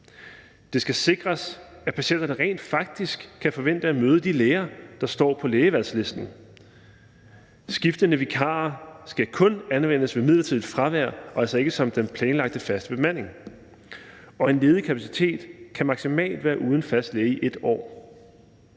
Det skal sikres, at patienterne rent faktisk kan forvente at møde de læger, der står på lægevalgslisten. Skiftende vikarer skal kun anvendes ved midlertidigt fravær og altså ikke som den planlagte faste bemanding, og en ledig kapacitet kan maksimalt være uden fast læge i 1 år.